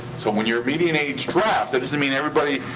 so when your median age drops, that doesn't mean everybody,